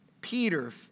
Peter